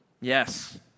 Yes